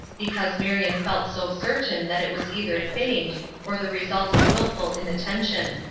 because marion felt so certain that it was either feigned or the result of willful inattention.